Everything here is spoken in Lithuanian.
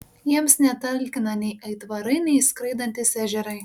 jiems netalkina nei aitvarai nei skraidantys ežerai